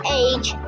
age